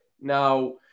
Now